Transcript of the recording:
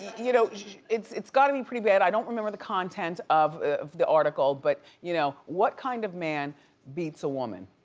you know it's it's gotta be pretty bad. i don't remember the contents of the article. but you know what kind of man beats a woman?